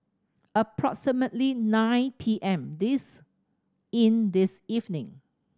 approximately nine P M this in this evening